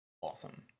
awesome